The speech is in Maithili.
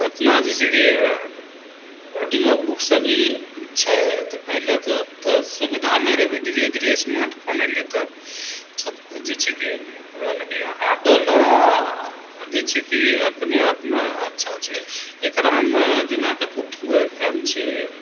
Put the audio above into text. ओतना जे छै कि ऑडियो बुकसँ भी छै तऽ पहिले तऽ ओतऽ सुविधा नहि रहै अभी धीरे धीरे स्मार्टफोन अएलै तऽ सबकिछु जे छै कि हुअऽ लगलै हँ दोनो जे छै कि अपने आपमे अच्छा छै एकरामे जेना कुकू एफ एम छै